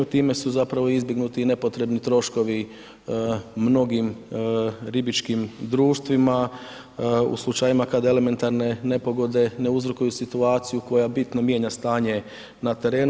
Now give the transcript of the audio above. Time su zapravo izbjegnuti i nepotrebni troškovi mnogim ribičkim društvima u slučajima kad elementarne nepogode ne uzrokuju situaciju koja bitno mijenja stanje na terenu.